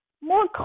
more